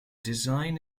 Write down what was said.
design